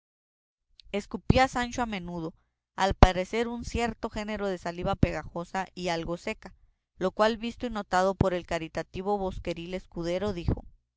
escupía sancho a menudo al parecer un cierto género de saliva pegajosa y algo seca lo cual visto y notado por el caritativo bosqueril escudero dijo